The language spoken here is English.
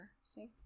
See